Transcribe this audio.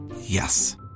Yes